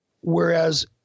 Whereas